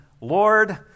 Lord